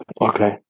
Okay